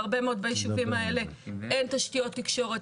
בהרבה מאוד מהישובים האלה אין תשתיות תקשורת,